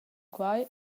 quai